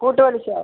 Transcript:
കൂട്ടുപലിശയോ